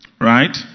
Right